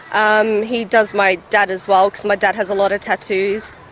um he does my dad as well because my dad has a lot of tattoos.